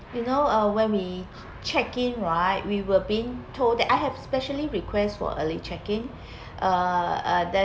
you know uh when we check in right we were being told that I have specially request for early check-in uh